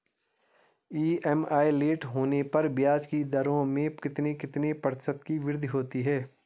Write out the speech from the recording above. EMI late होने पर ब्याज की दरों में कितने कितने प्रतिशत की वृद्धि होती है?